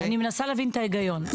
אני מנסה להבין את ההיגיון.